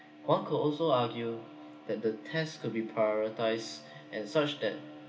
one could also argue that the test could be prioritised and such that